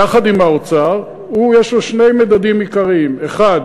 יחד עם האוצר יש לו שני מדדים עיקריים: א.